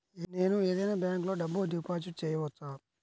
నేను ఏదైనా బ్యాంక్లో డబ్బు డిపాజిట్ చేయవచ్చా?